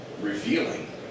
revealing